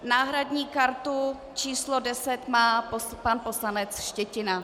Náhradní kartu číslo 10 má pan poslanec Štětina.